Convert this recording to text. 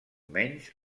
menys